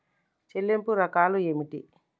చెల్లింపు రకాలు ఏమిటి?